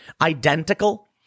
identical